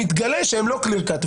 שמתגלה שגם הן לא clear cut.